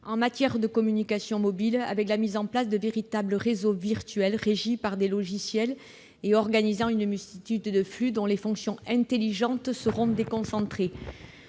en matière de communications mobiles, avec la mise en place de véritables réseaux virtuels régis par des logiciels, organisant une multitude de flux et dont les fonctions intelligentes seront déconcentrées.